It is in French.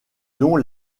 dont